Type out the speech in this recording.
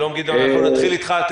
שלום גדעון, אנחנו נתחיל איתך.